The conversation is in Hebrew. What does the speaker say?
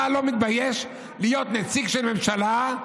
אתה לא מתבייש להיות נציג של ממשלה,